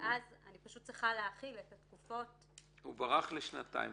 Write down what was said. פשוט צריכה להחיל את התקופות -- הוא ברח לשנתיים,